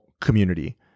community